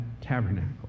tabernacle